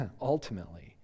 ultimately